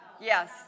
yes